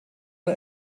der